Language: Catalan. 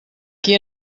qui